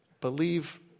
believe